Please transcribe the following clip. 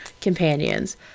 companions